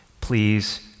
Please